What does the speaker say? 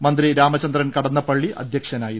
മന്ത്രി രാമചന്ദ്രൻ കടന്നപ്പള്ളി അധ്യക്ഷനായിരുന്നു